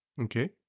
Okay